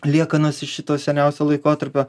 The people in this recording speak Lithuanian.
liekanos iš šito seniausio laikotarpio